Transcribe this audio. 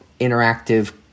interactive